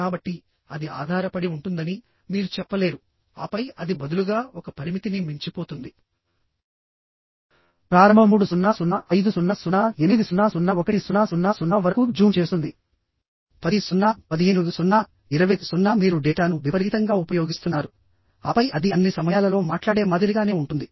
కాబట్టి అది ఆధారపడి ఉంటుందని మీరు చెప్పలేరు ఆపై అది బదులుగా ఒక పరిమితిని మించిపోతుంది ప్రారంభ 3005008001000 వరకు జూమ్ చేస్తుంది 10 000 15 000 20 000 మీరు డేటాను విపరీతంగా ఉపయోగిస్తున్నారు ఆపై అది అన్ని సమయాలలో మాట్లాడే మాదిరిగానే ఉంటుంది